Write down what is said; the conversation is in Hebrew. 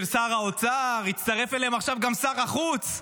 של שר האוצר, הצטרף אליהם עכשיו גם שר החוץ.